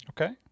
Okay